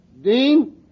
Dean